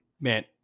man